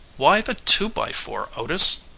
why the two-by-four, otis?